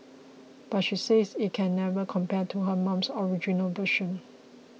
but she says it can never compare to her mum's original version